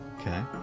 Okay